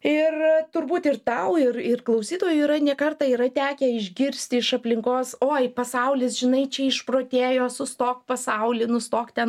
ir turbūt ir tau ir ir klausytojui yra ne kartą yra tekę išgirsti iš aplinkos oi pasaulis žinai čia išprotėjo sustok pasauli nustok ten